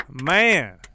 Man